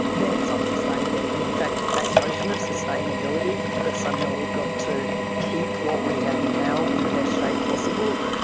then it's unsustainable. and in fact that notion of sustainability, that somehow we've got to keep what we have now in the best shape possible,